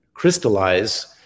crystallize